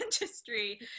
industry